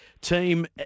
team